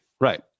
Right